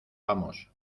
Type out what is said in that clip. vamos